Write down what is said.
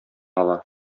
ала